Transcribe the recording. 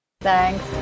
Thanks